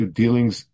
dealings